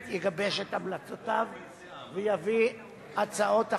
יגבש את המלצותיו ויביא הצעות החלטה.